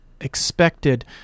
expected